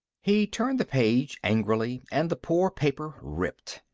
he turned the page angrily and the poor paper ripped.